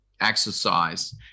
exercise